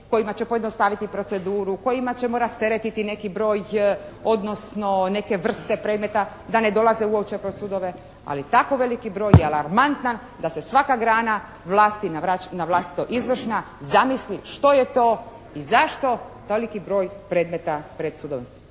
kojima će pojednostaviti proceduru, kojima ćemo rasteretiti neki broj, odnosno neke vrste predmeta da ne dolaze uopće kroz sudove. Ali tako veliki broj je alarmantan da se svaka grana vlasti na vlastito izvršna zamisli što je to i zašto toliki broj predmeta pred sudovima.